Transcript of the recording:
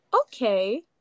Okay